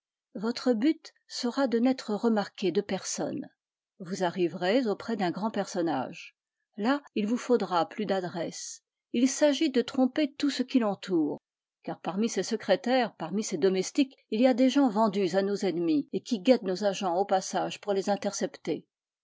votre but sera de n'être remarqué de personne vous arriverez auprès d'un grand personnage là il vous faudra plus d'adresse il s'agit de tromper tout ce qui l'entoure car parmi ses secrétaires parmi ses domestiques il y a des gens vendus à nos ennemis et qui guettent nos agents au passage pour les intercepter